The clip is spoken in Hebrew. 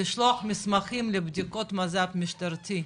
לשלוח מסמכים לבדיקות מז"פ משטרתי,